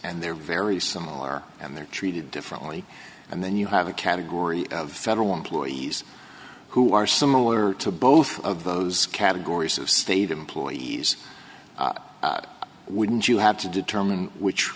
and they're very similar and they're treated differently and then you have a category of federal employees who are similar to both of those categories of state employees wouldn't you have to determine